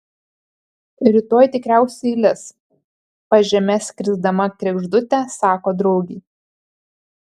rytoj tikriausiai lis pažeme skrisdama kregždutė sako draugei